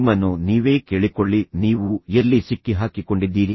ನಿಮ್ಮನ್ನು ನೀವೇ ಕೇಳಿಕೊಳ್ಳಿ ನೀವು ಎಲ್ಲಿ ಸಿಕ್ಕಿಹಾಕಿಕೊಂಡಿದ್ದೀರಿ